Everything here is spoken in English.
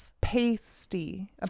pasty